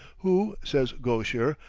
who, says gaucher,